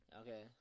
Okay